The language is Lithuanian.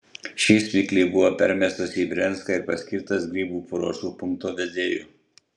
šis mikliai buvo permestas į brianską ir paskirtas grybų paruošų punkto vedėju